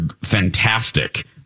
fantastic